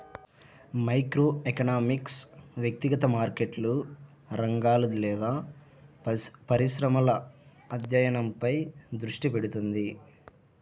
microeconomics వ్యక్తిగత మార్కెట్లు, రంగాలు లేదా పరిశ్రమల అధ్యయనంపై దృష్టి పెడుతుంది